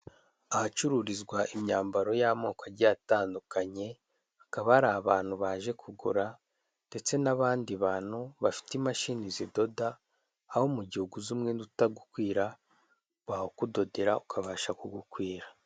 Ahacururizwa imyambaro y'amoko agiye atandukanye hakaba hari abantu baje kugura ndetse n'abandi bantu bafite imashini zidoda, aho mu gihe uguze umwenda utagukwira bawukudodera ukabasha kugukwira.